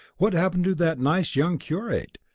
what happened to that nice young curate?